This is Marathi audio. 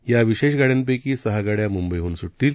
या विशेष गाड्यांपैकी सहा गाड्या मुंबईहन सुटतील